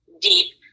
deep